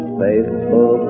faithful